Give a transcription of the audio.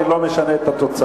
אני לא משנה את התוצאה,